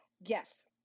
Yes